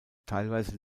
teilweise